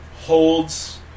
holds